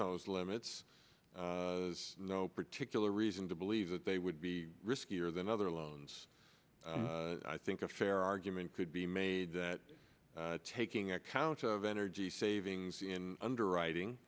those limits is no particular reason to believe that they would be riskier than other loans i think a fair argument could be made that taking account of energy savings in underwriting